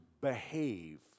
behave